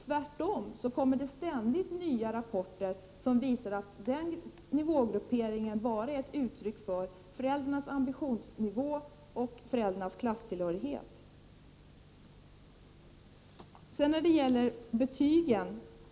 Tvärtom kommer det ständigt nya rapporter som visar att nivågrupperingen bara är uttryck för föräldrarnas ambitionsnivå och klasstillhörighet.